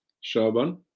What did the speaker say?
shaban